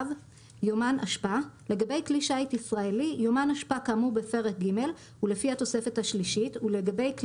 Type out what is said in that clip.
משום שמדובר בתהליך ארכאי שכבר כמעט ולא עושים בו